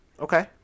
okay